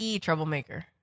Troublemaker